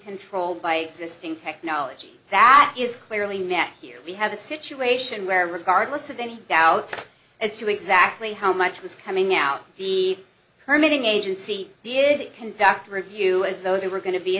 controlled by existing technology that is clearly met here we have a situation where regardless of any doubts as to exactly how much was coming out the permit in agency did conduct a review as though they were going to be a